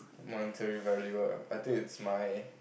monetary value ah I think it's my